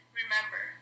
remember